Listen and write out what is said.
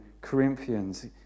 Corinthians